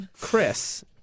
Chris